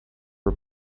are